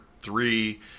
three